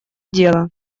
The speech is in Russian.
дела